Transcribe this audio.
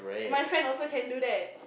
my friend also can do that